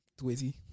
Twizzy